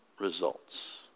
results